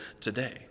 today